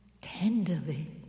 tenderly